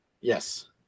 Yes